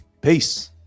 Peace